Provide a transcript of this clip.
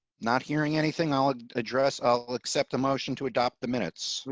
not hearing anything i'll address i'll accept a motion to adopt the minutes.